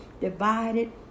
divided